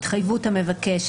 התחייבות המבקש.